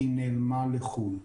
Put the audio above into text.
כי היא נעלמה לחו"ל.